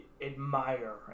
admire